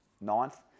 ninth